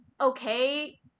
okay